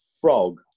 frog